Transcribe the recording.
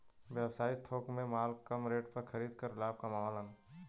व्यवसायी थोक में माल कम रेट पर खरीद कर लाभ कमावलन